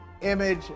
image